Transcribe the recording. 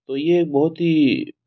तो यह बहुत ही